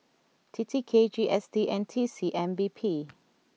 T T K G S T and T C M P B